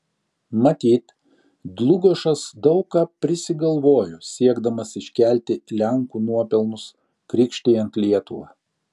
matyt dlugošas daug ką prisigalvojo siekdamas iškelti lenkų nuopelnus krikštijant lietuvą